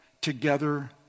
together